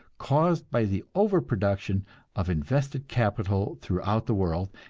caused by the overproduction of invested capital throughout the world,